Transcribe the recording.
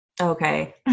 Okay